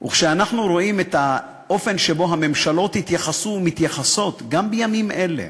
וכשאנחנו רואים את האופן שבו הממשלות התייחסו ומתייחסות גם בימים אלה,